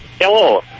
Hello